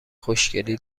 خوشگلی